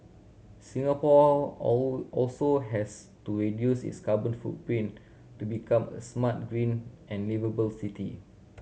Singapore also has to reduce its carbon footprint to become a smart green and liveable city